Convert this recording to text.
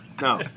No